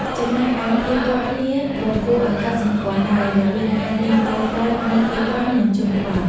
ចំណែកឯភាពខុសគ្នាក៏គួរឲ្យកត់សម្គាល់ដែរ រវាងការលេងបាល់ទាត់នៅទីក្រុង និងជនបទ។